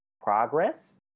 progress